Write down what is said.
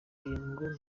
bambwiye